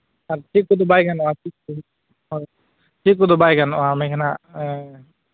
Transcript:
ᱟᱨ ᱪᱮᱫ ᱠᱚᱫᱚ ᱵᱟᱭ ᱜᱟᱱᱚᱜᱼᱟ ᱪᱚᱫ ᱠᱚ ᱦᱳᱭ ᱪᱮᱫ ᱠᱚᱫᱚ ᱵᱟᱭ ᱜᱟᱱᱚᱜᱼᱟ ᱚᱱᱮ ᱦᱟᱸᱜ